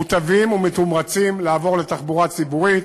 מוטבים ומתומרצים לעבור לתחבורה הציבורית.